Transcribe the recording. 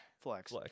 Flex